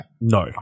No